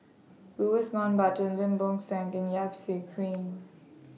Louis Mountbatten Lim Bo Seng and Yap Su Queen